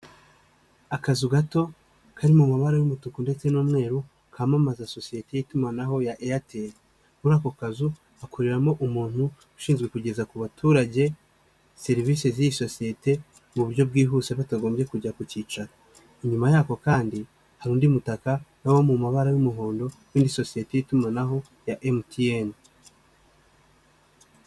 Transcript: Akazu gato kari mu mabara y'umutuku ndetse n'umweru, kamamaza sosiyete y'itumanaho ya airtel. Muri ako kazu hakoreramo umuntu ushinzwe kugeza ku baturage serivisi z'iyi sosiyete mu buryo bwihuse batagombye kujya ku cyicaro. Inyuma yako kandi hari undi mutaka nahowo mu mabara y'umuhondo w'iyindi sosiyete y'itumanaho ya MTN.